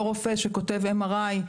אותו רופא שכותב MRI,